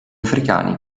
africani